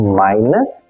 minus